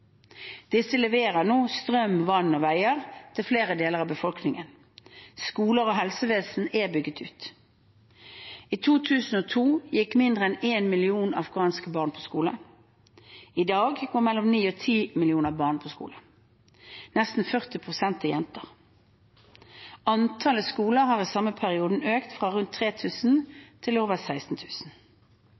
Disse leverer nå strøm, vann og veier til flere deler av befolkningen. Skoler og helsevesen er bygget ut. I 2002 gikk mindre enn 1 million afghanske barn på skole. I dag går mellom 9 og 10 millioner barn på skole. Nesten 40 pst. er jenter. Antall skoler har i samme periode økt fra rundt 3 000 til over